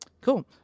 Cool